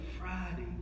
Friday